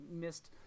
missed